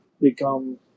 become